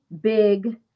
big